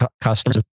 customers